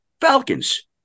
Falcons